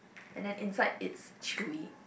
and then inside is chewy